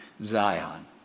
Zion